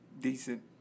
decent